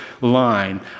line